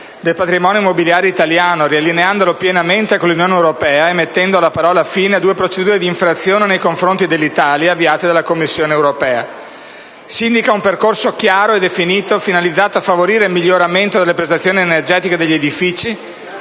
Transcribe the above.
del patrimonio immobiliare italiano, riallineandolo pienamente con l'Unione europea e mettendo la parola fine a due procedure di infrazione nei confronti dell'Italia, avviate dalla Commissione europea. Si indica un percorso chiaro e definito, finalizzato a favorire il miglioramento delle prestazioni energetiche degli edifici,